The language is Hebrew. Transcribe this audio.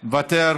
מוותר,